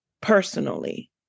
personally